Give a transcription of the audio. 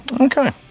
okay